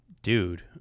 Dude